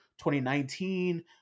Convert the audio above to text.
2019